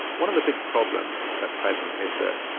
one of the big problems at present is that,